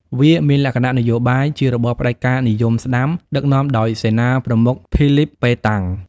វាមានលក្ខណៈនយោបាយ ជារបបផ្ដាច់ការនិយមស្តាំ ដឹកនាំដោយសេនាប្រមុខ ភីលីព ប៉េតាំង ។